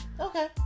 Okay